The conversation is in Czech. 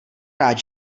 rád